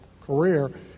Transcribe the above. career